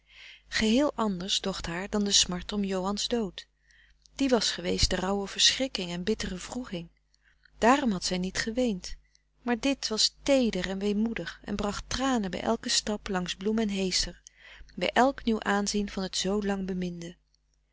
geheel anders docht haar dan de smart om johan's dood die was geweest rauwe verschrikking en bittere wroeging dààrom had zij niet geweend maar dit was teeder en weemoedig en bracht tranen bij elken stap langs bloem en heester bij elk nieuw aanzien van het zoo